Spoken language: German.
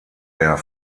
der